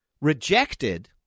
Rejected